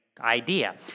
idea